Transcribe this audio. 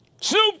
Snoop